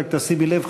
רק תשימי לב,